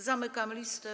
Zamykam listę.